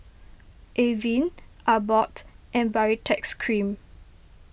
Avene Abbott and Baritex Cream